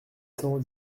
cents